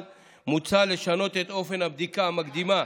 מוצע לשנות את אופן הבדיקה המקדימה